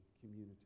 community